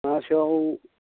माबासोआव